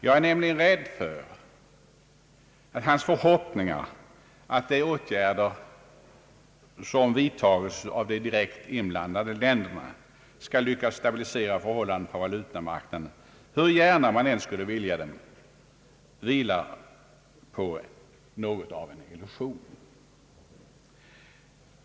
Jag är nämligen rädd för att hans förhoppningar, att de åtgärder som vidtagits av de direkt inblandade länderna skall lyckas stabilisera förhållandena på valutamarknaden, vilar på något av en illusion, hur gärna man än skulle vilja tro annorlunda.